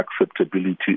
acceptability